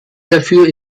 dafür